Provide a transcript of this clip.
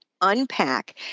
unpack